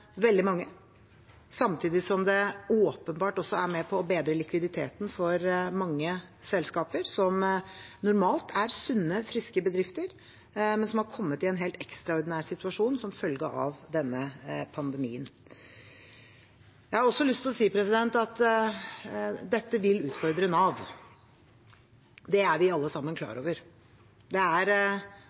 veldig mange, samtidig som de åpenbart også er med på å bedre likviditeten for mange selskaper som normalt er sunne, friske bedrifter, men som er kommet i en helt ekstraordinær situasjon som følge av denne pandemien. Jeg har også lyst til å si at dette vil utfordre Nav. Det er vi alle sammen klar over. Det er også unntakstilstand i store deler av offentlig sektor, og det er